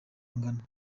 angana